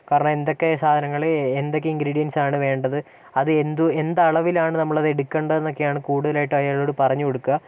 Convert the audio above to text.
കാരണം എന്തൊക്കെ സാധനങ്ങൾ എന്തൊക്കെ ഇന്ഗ്രീഡിയന്സ് ആണ് വേണ്ടത് അത് എന്തു എന്തളവിലാണ് നമ്മൾ അത് എടുക്കേണ്ടതെന്നൊക്കെയാണ് കുടുതലായിട്ട് അയാളോട് പറഞ്ഞു കൊടുക്കുക